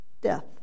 death